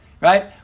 right